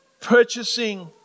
purchasing